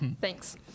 Thanks